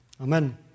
Amen